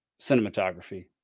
cinematography